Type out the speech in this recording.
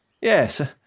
Yes